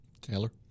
Taylor